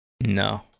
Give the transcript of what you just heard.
No